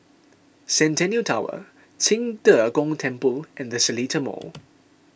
Centennial Tower Qing De Gong Temple and the Seletar Mall